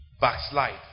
backslide